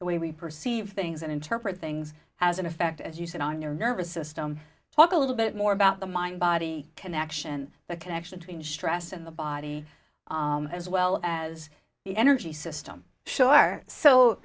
the way we perceive things and interpret things has an effect as you said on your nervous system talk a little bit more about the mind body connection the connection to dress and the body as well as the energy system sure so